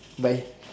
bye